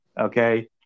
okay